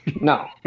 No